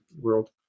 world